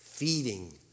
feeding